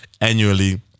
annually